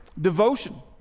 devotion